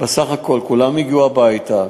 שבסך הכול כולם הגיעו הביתה,